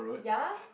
ya